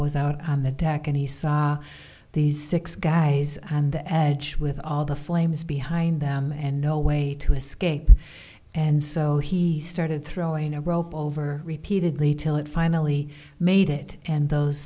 was out on the deck and he saw these six guys on the edge with all the flames behind them and no way to escape and so he started throwing a rope over repeatedly till it finally made it and those